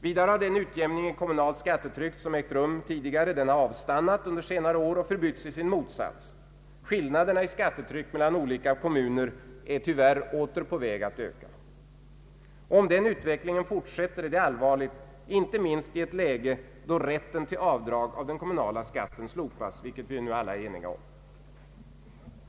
Vidare har den utjämning i kommunalt skattetryck som ägt rum tidigare avstannat under senare år och förbytts i sin motsats: skillnaderna i skattetryck mellan olika kommuner är tyvärr åter på väg att öka. Om den utvecklingen fortsätter är det allvarligt, inte minst i ett läge då rätten till avdrag av den kommunala skatten slopas, vilket vi ju nu alla är eniga om.